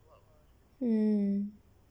mm